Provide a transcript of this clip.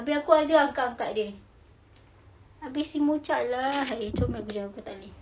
abeh aku ada angkat-angkat dia abeh si mocha alahai comelnya aku tak boleh